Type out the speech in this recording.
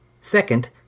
Second